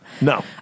No